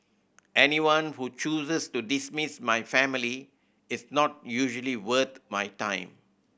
anyone who chooses to dismiss my family is not usually worth my time